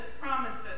promises